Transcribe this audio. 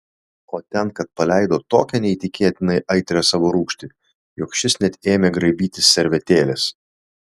o ten kad paleido tokią neįtikėtinai aitrią savo rūgštį jog šis net ėmė graibytis servetėlės